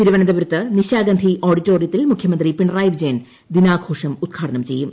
തിരുവനന്തപുരത്ത് നിശാഗന്ധി ഓഡിറ്റോറിയത്തിൽ മുഖ്യമന്ത്രി പിണറായി വിജയൻ ദിനാഘോഷം ഉദ്ഘാടനം ചെയ്യും